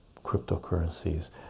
cryptocurrencies